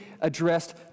addressed